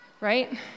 right